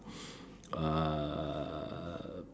uh